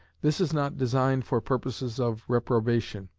this is not designed for purposes of reprobation,